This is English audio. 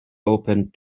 opened